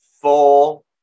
full